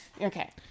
Okay